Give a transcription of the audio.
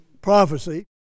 prophecy